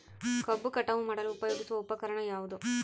ಕಬ್ಬು ಕಟಾವು ಮಾಡಲು ಉಪಯೋಗಿಸುವ ಉಪಕರಣ ಯಾವುದು?